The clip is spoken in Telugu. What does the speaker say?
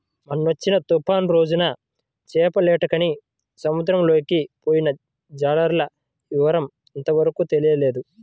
మొన్నొచ్చిన తుఫాను రోజున చేపలేటకని సముద్రంలోకి పొయ్యిన జాలర్ల వివరం ఇంతవరకు తెలియనేలేదు